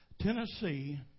Tennessee